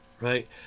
right